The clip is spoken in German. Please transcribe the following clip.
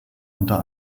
unter